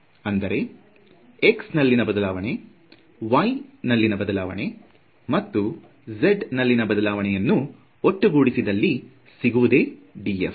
ಅಂದರೆ x ನಲ್ಲಿನ ಬದಲಾವಣೆ y ನಲ್ಲಿನ ಬಡಾವಣೆ ಮತ್ತು z ನಲ್ಲಿನ ಬದಲಾವಣೆ ಯನ್ನು ಒಟ್ಟುಗೂಡಿಸಿದಲ್ಲಿ ಸಿಗುವುದೇ df